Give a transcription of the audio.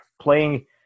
playing